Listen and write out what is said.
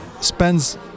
spends